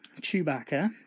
Chewbacca